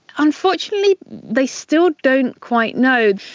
unfortunately they still don't quite know.